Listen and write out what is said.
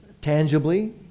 tangibly